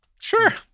sure